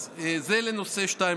אז זה לנושא השני.